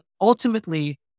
Ultimately